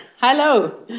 Hello